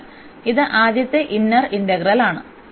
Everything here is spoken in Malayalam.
അതിനാൽ ഇത് ആദ്യത്തെ ഇന്നർ ഇന്റഗ്രലാണ്